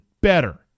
better